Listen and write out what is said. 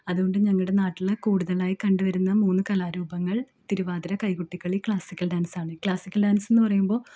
അതുകൊണ്ട് ഞങ്ങളുടെ നാട്ടിൽ കൂടുതലായി കണ്ടുവരുന്ന മൂന്നു കലാരൂപങ്ങൾ തിരുവാതിര കൈകൊട്ടിക്കളി ക്ലാസിക്കൽ ഡാൻസാണ് ക്ലാസിക്കൽ ഡാൻസെന്നു പറയുമ്പോൾ